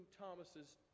Thomas's